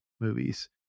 movies